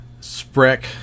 spreck